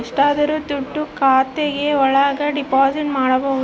ಎಷ್ಟಾದರೂ ದುಡ್ಡು ಖಾತೆ ಒಳಗ ಡೆಪಾಸಿಟ್ ಮಾಡ್ಬೋದು